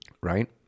right